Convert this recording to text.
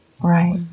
Right